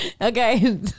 Okay